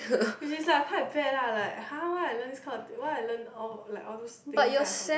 which is like quite bad lah like !huh! why I learn this kind of why I learn all like all those things then I forget